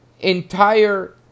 entire